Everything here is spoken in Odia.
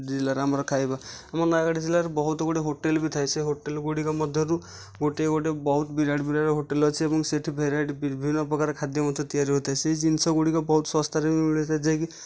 ଜିଲ୍ଲାର ଆମର ଖାଇବା ଆମ ନୟାଗଡ଼ ଜିଲ୍ଲାରେ ବହୁତ ଗୁଡ଼େ ହୋଟେଲ ବି ଥାଏ ସେ ହୋଟେଲ ଗୁଡ଼ିକ ମଧ୍ୟରୁ ଗୋଟିଏ ଗୋଟିଏ ବହୁତ ବିରାଟ ବିରାଟ ହୋଟେଲ ଅଛି ଏବଂ ସେଠି ଭେରାଇଟି ବିଭିନ୍ନ ପ୍ରକାର ଖାଦ୍ୟ ମଧ୍ୟ ତିଆରି ହୋଇଥାଏ ଏହି ଜିନିଷ ଗୁଡ଼ିକ ବହୁତ ଶସ୍ତାରେ ବି ମିଳିଥାଏ ଯାହାକି